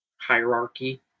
hierarchy